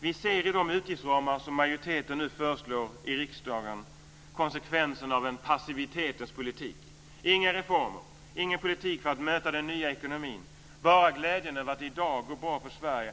Vi ser i de utgiftsramar som majoriteten föreslår i riksdagen konsekvenserna av passivitetens politik: Inga reformer och ingen politik för att möta den nya ekonomin. Det är bara glädjen över att det i dag går bra för Sverige.